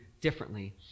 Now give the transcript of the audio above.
differently